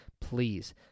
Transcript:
please